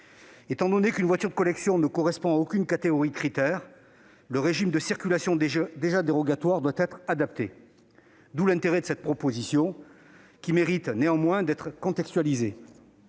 Étant donné qu'une voiture de collection ne correspond à aucune catégorie du certificat qualité de l'air- Crit'Air -, le régime de circulation déjà dérogatoire doit être adapté, d'où l'intérêt de cette proposition de loi qui mérite néanmoins d'être contextualisée.